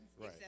right